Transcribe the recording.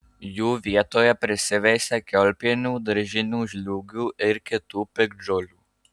jų vietoje prisiveisia kiaulpienių daržinių žliūgių ir kitų piktžolių